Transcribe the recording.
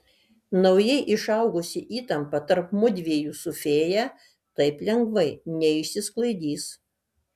naujai išaugusi įtampa tarp mudviejų su fėja taip lengvai neišsisklaidys